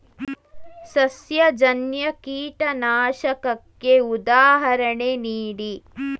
ಸಸ್ಯಜನ್ಯ ಕೀಟನಾಶಕಕ್ಕೆ ಉದಾಹರಣೆ ನೀಡಿ?